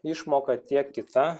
išmoka tiek kita